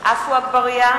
עפו אגבאריה